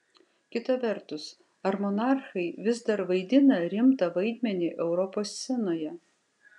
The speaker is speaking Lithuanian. kita vertus ar monarchai vis dar vaidina rimtą vaidmenį europos scenoje